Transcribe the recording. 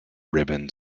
ribbon